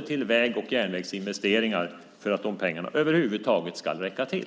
till både väg och järnvägsinvesteringar för att de pengarna över huvud taget ska räcka till.